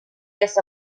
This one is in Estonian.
kes